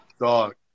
Dog